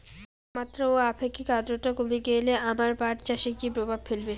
তাপমাত্রা ও আপেক্ষিক আদ্রর্তা কমে গেলে আমার পাট চাষে কী প্রভাব ফেলবে?